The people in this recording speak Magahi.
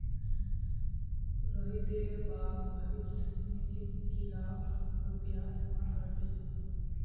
रोहितेर बाप भविष्य निधित दी लाख रुपया जमा कर ले